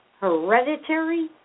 hereditary